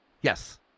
Yes